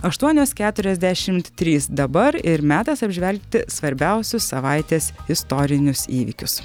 aštuonios keturiasdešimt trys dabar ir metas apžvelgti svarbiausius savaitės istorinius įvykius